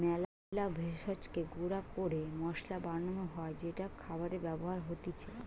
মেলা ভেষজকে গুঁড়া ক্যরে মসলা বানান হ্যয় যেটা খাবারে ব্যবহার হতিছে